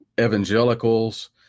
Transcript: evangelicals